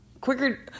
quicker